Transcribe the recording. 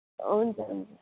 हुन्छ हुन्छ